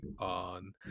on